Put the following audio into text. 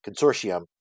Consortium